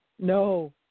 No